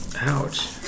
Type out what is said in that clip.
Ouch